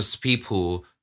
people